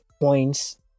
points